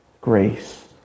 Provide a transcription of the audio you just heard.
grace